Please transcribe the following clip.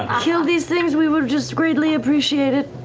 kill these things, we would just greatly appreciate it,